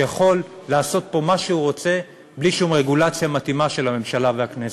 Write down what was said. שיכול לעשות פה מה שהוא רוצה בלי שום רגולציה מתאימה של הממשלה והכנסת.